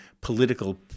political